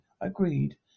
agreed